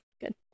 good